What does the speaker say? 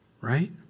Right